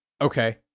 okay